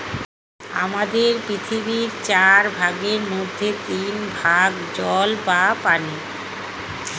আমাদের পৃথিবীর চার ভাগের মধ্যে তিন ভাগ জল বা পানি